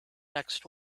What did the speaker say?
next